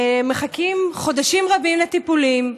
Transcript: מחכים חודשים רבים לטיפולים,